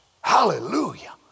Hallelujah